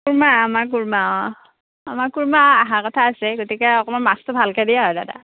কুৰ্মা আমাৰ কুৰ্মা অঁ আমাৰ কুৰ্মা অহা কথা আছে গতিকে অকণমান মাছটো ভালকে দে আৰু দাদা